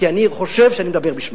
כי אני חושב שאני מדבר בשמם.